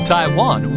Taiwan